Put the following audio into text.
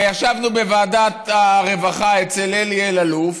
ישבנו בוועדת הרווחה אצל אלי אלאלוף